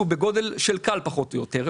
רואים את זה פחות אצל הדור הצעיר,